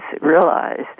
realize